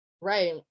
right